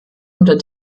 unter